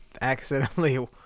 accidentally